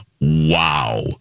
wow